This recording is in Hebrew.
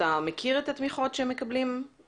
אתה מכיר את התמיכות לענף